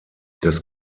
das